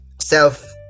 self